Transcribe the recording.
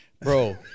Bro